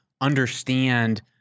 understand